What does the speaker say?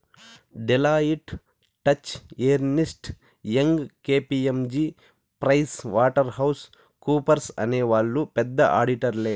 Deloitte, Touche Ernst, Young KPMG Pricewaterhouse కూపర్స్అనే వాళ్ళు పెద్ద ఆడిటర్లే